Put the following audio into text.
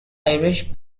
irish